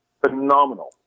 phenomenal